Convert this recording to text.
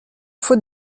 faux